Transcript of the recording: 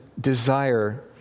desire